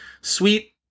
sweet